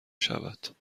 شود